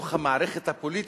בתוך המערכת הפוליטית,